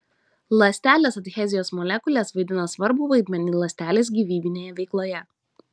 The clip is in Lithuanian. ląstelės adhezijos molekulės vaidina svarbų vaidmenį ląstelės gyvybinėje veikloje